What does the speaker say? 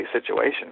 situation